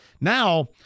Now